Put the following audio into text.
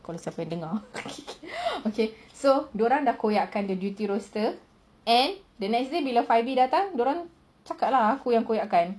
kalau dengar okay so dorang dah koyakkan the duty roster and the next day bila five B datang dorang cakap lah aku yang koyakkan